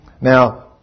Now